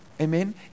Amen